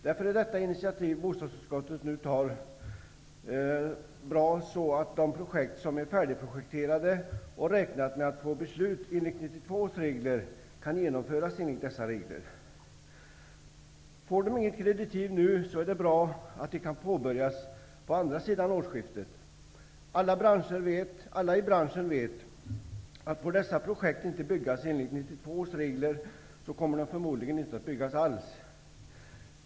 Därför är det initiativ som bostadsutskottet nu tar bra, så att de arbeten som är färdigprojekterade och där man har räknat med att få beslut enligt 1992 års regler kan genomföras enligt dessa regler. Får de inget kreditiv nu är det bra att projekten kan påbörjas på andra sidan årsskiftet. Alla i branschen vet, att om dessa projekt inte får byggas enligt 1992 års regler kommer de förmodligen inte att byggas alls.